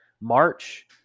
March